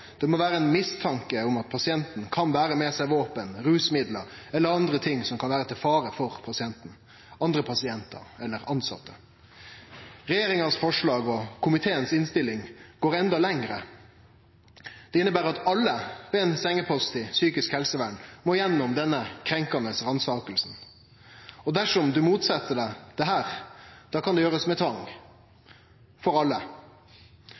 Det må vere ein mistanke om at pasienten kan bere med seg våpen, rusmiddel eller andre ting som kan vere til fare for pasienten, andre pasientar eller tilsette. Regjeringas forslag og komiteens innstilling går enda lenger. Det inneber at alle ved ein sengepost i psykisk helsevern må gjennom denne krenkande ransakinga. Og dersom ein motset seg dette, da kan det gjerast med tvang – for alle.